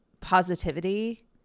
positivity